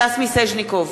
סטס מיסז'ניקוב,